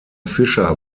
fischer